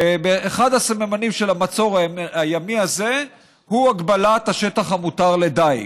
ואחד הסממנים של המצור הימי הזה הוא הגבלת השטח המותר לדיג.